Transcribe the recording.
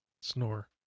Snore